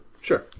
Sure